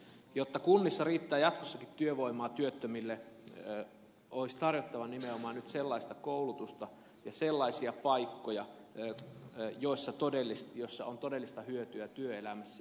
jotta kunnissa riittää jatkossakin työvoimaa työttömille olisi tarjottava nimenomaan sellaista koulutusta ja sellaisia paikkoja joista on todellista hyötyä työelämässä